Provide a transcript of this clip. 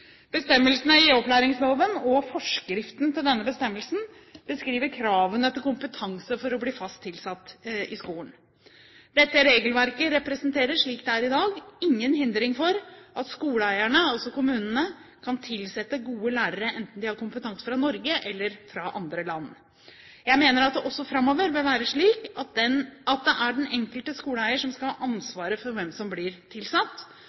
Bestemmelsene i opplæringsloven og forskriften til denne bestemmelsen beskriver kravene til kompetanse for å bli fast tilsatt i skolen. Dette regelverket representerer, slik det er i dag, ingen hindring for at skoleeierne, altså kommunene, kan tilsette gode lærere enten de har kompetanse fra Norge eller fra andre land. Jeg mener at det også framover bør være slik at det er den enkelte skoleeier som skal ha ansvaret for hvem som blir tilsatt.